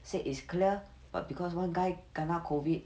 said is clear but because one guy kena COVID